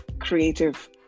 creative